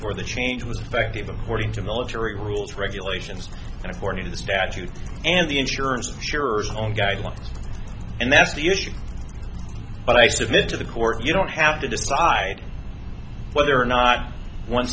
for the change was effective importing to military rules regulations and according to the statute and the insurance jurors own guidelines and that's the issue but i submit to the court you don't have to decide whether or not one